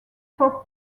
for